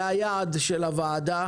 זה היעד של הוועדה.